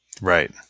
Right